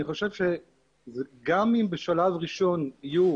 15:05) אני חושב שגם אם בשלב ראשון יהיו